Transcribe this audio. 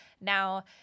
now